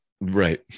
Right